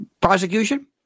prosecution